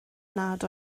nad